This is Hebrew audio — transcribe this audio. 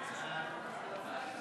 ההצעה להעביר את